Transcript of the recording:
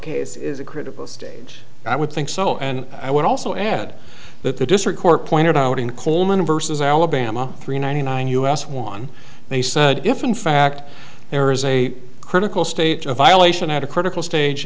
case is a critical stage i would think so and i would also add that the district court pointed out in coleman versus alabama three ninety nine us one they said if in fact there is a critical state of violation at a critical stage